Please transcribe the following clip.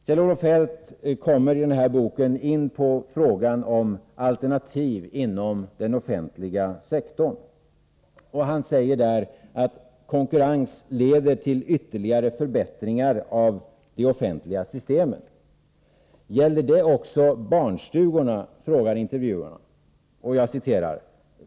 Kjell-Olof Feldt kommer i denna bok in på frågan om alternativ inom den offentliga sektorn, och han säger där att ”konkurrens leder till ytterligare förbättringar av de offentliga systemen”. Gäller det också barnstugorna? frågar intervjuarna.